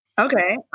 Okay